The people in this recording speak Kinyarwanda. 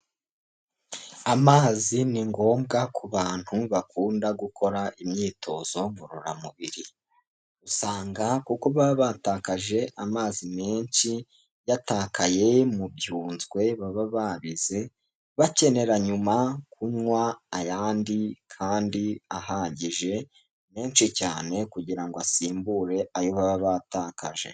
Amazi ni ngombwa ku bantu bakunda gukora imyitozo ngororamubiri, usanga kuko baba batakaje amazi menshi yatakaye mu byunzwe baba babize, bakenera nyuma kunywa ayandi kandi ahagije menshi cyane kugira ngo asimbure ayo baba batakaje.